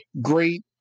Great